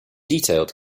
detailed